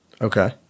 Okay